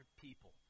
people